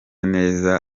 neza